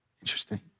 interesting